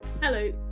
Hello